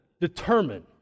determine